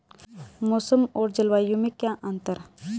मौसम और जलवायु में क्या अंतर?